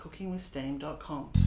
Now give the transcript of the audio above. cookingwithsteam.com